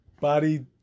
body